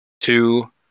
two